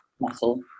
Muscle